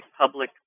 public